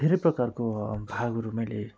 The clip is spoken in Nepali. धेरै प्रकारको भागहरू मैले